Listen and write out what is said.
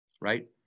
right